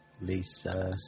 Lisa